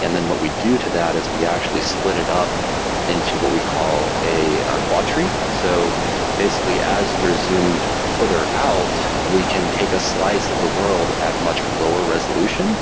and then what we do to that is we actually split it up into what we call a quadtree. so basically, as you're zoomed further out, we can take a slice of the world at much lower resolution